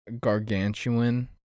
gargantuan